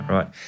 Right